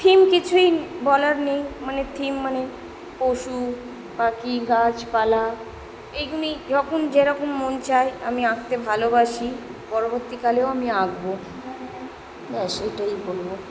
theme কিছুই বলার নেই মানে থিম মানে পশু পাকি গাছ পালা এমনি যখন যেরকম মন চায় আমি আঁকতে ভালোবাসি পরবর্তী কালেও আমি আঁকবো ব্যাস এটাই বলবো